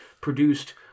produced